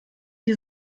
die